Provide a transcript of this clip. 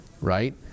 Right